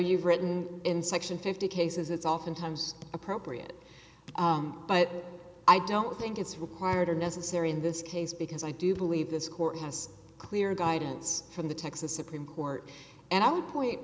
you've written in section fifty cases it's oftentimes appropriate but i don't think it's required or necessary in this case because i do believe this court has clear guidance from the texas supreme court and i would point